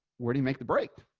where do you make the break.